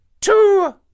two